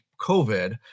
COVID